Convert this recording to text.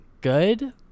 good